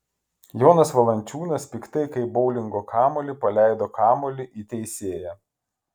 jonas valančiūnas piktai kaip boulingo kamuolį paleido kamuolį į teisėją